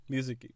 Music